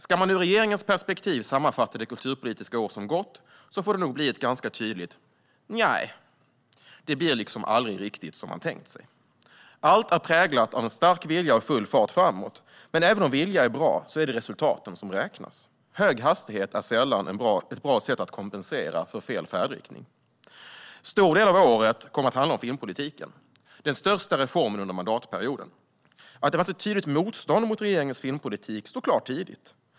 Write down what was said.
Ska man ur regeringens perspektiv sammanfatta det kulturpolitiska år som gått får det nog blir ett ganska tydligt "Njae". Det blir liksom aldrig riktigt som man tänkt sig. Allt är präglat av en stark vilja och full fart framåt. Men även om vilja är bra är det resultaten som räknas. Hög hastighet är sällan ett bra sätt att kompensera för fel färdriktning. En stor del av året har kommit att handla om filmpolitiken - den största reformen under mandatperioden. Att det fanns ett tydligt motstånd mot regeringens filmpolitik stod klart tidigt.